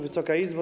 Wysoka Izbo!